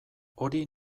hori